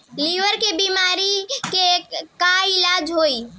Liver के बीमारी के का इलाज होई?